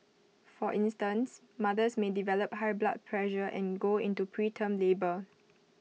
for instance mothers may develop high blood pressure and go into preterm labour